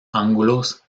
ángulos